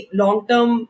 long-term